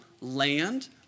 land